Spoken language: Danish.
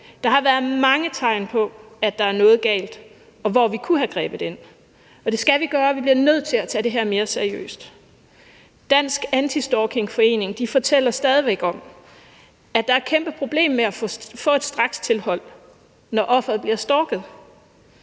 Der har været mange tegn på, at der er noget galt, og hvor vi kunne have grebet ind. Det skal vi gøre, for vi bliver nødt til at tage det her mere seriøst. Dansk Anti-Stalking Forening fortæller om, at der stadig væk er et kæmpe problem med at få et strakstilhold, når offeret bliver stalket.